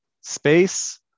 space